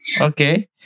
okay